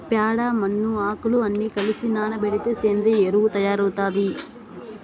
ప్యాడ, మన్ను, ఆకులు అన్ని కలసి నానబెడితే సేంద్రియ ఎరువు అవుతాది